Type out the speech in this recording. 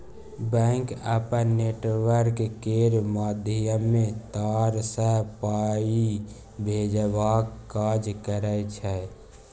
bank अपन network केर माध्यमे तार सँ पाइ भेजबाक काज करय छै